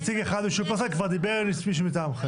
נציג אחד משופרסל, כבר דיבר מישהו מטעמכם.